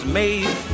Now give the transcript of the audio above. made